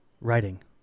Writing